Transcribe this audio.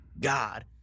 God